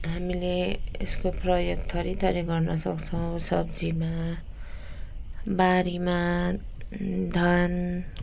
हामीले यसको प्रयोग थरी थरी गर्नु सक्छौँ सब्जीमा बारीमा धान